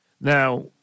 Now